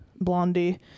Blondie